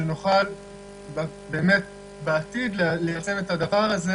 כדי שנוכל באמת בעתיד ליישם את הדבר הזה